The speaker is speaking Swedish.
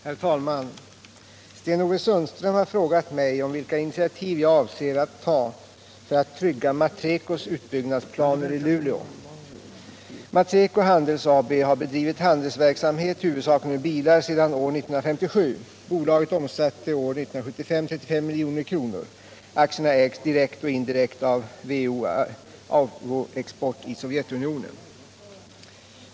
Herr talman! Sten-Ove Sundström har frågat mig om vilka initiativ jag avser att ta för att trygga Matrecos utbyggnadsplaner i Luleå. Matreco Handels AB har bedrivit handelsverksamhet, huvudsakligen med bilar, sedan år 1957. Bolaget omsatte år 1975 35 milj.kr. Aktierna ägs direkt och indirekt av V/O Avtoexport i Sovjetunionen.